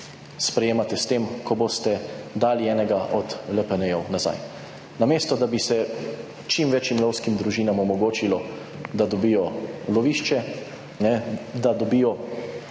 sprejemate s tem, ko boste dali enega od LPN-jev nazaj. Namesto, da bi se čim večjim lovskim družinam omogočilo, da dobijo lovišče, ne, da dobijo,